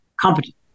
competent